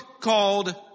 called